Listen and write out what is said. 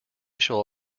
shall